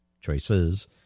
choices